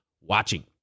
watching